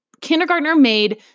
kindergartner-made